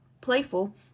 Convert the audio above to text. Playful